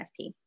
NFP